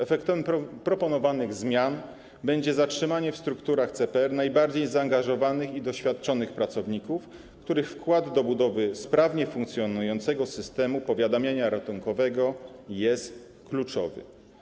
Efektem proponowanych zmian będzie zatrzymanie w strukturach CPR najbardziej zaangażowanych i doświadczonych pracowników, których wkład w budowę sprawnie funkcjonującego systemu powiadamiania ratunkowego jest kluczowy.